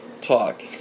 talk